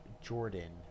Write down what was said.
Jordan